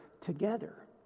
together